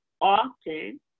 often